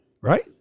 right